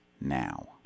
now